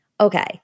okay